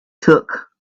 took